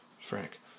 Frank